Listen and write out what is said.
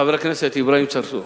חבר הכנסת אברהים צרצור,